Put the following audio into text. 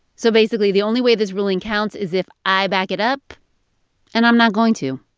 so basically, the only way this ruling counts is if i back it up and i'm not going to